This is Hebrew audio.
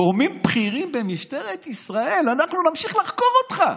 גורמים בכירים במשטרת ישראל: אנחנו נמשיך לחקור אותך.